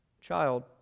child